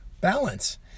balance